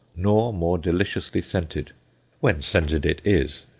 nor more deliciously scented when scented it is!